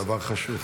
זה דבר חשוב.